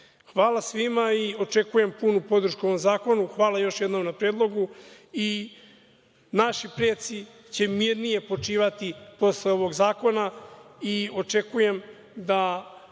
svima i očekujem punu podršku ovom zakonu. Hvala još jednom na predlogu i naši preci će mirnije počivati posle ovog zakona. Očekujem da